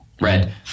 red